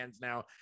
now